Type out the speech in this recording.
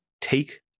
take